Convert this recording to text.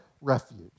refuge